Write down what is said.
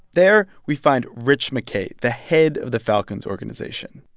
there, we find rich mckay, the head of the falcons organization.